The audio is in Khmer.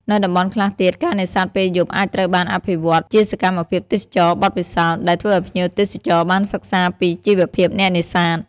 នៅតំបន់ខ្លះទៀត ការនេសាទពេលយប់អាចត្រូវបានអភិវឌ្ឍជាសកម្មភាពទេសចរណ៍បទពិសោធន៍ ដែលធ្វើឱ្យភ្ញៀវទេសចរណ៍បានសិក្សាពីជីវភាពអ្នកនេសាទ។